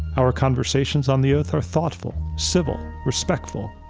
our conversations on the earth are thoughtful, civil, respectful,